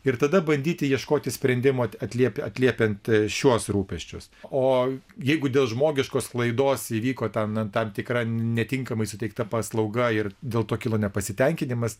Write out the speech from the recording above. ir tada bandyti ieškoti sprendimo atliepia atliepiant šiuos rūpesčius o jeigu dėl žmogiškos klaidos įvyko ten tam tikra netinkamai suteikta paslauga ir dėl to kilo nepasitenkinimas